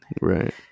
Right